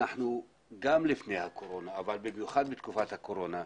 גם לפני הקורונה אבל במיוחד בקורונה,